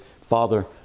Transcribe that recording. Father